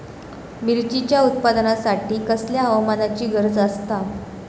मिरचीच्या उत्पादनासाठी कसल्या हवामानाची गरज आसता?